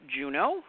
Juno